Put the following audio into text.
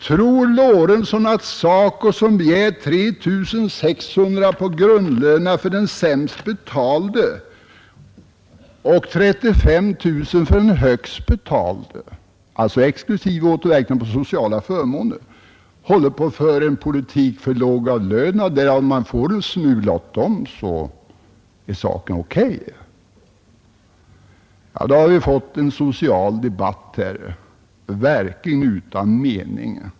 Tror herr Lorentzon att SACO som begär 3 600 kronor på grundlönen till den sämst betalde och 35 000 till den högst betalde akademikern — alltså exklusive återverkningarna på de sociala förmånerna — håller på och för en politik för lågavlönade? Om man får en smula åt dem är saken okay! Ja, då har vi fått en social debatt som verkligen är utan mening.